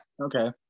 okay